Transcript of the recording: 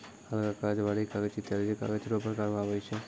हलका कागज, भारी कागज ईत्यादी कागज रो प्रकार मे आबै छै